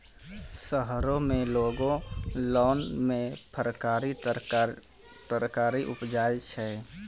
शहरो में लोगों लान मे फरकारी तरकारी उपजाबै छै